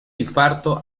infarto